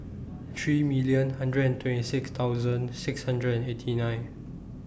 three million hundred and twenty six thousand six hundred and eighty nine